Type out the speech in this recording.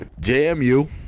JMU